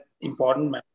important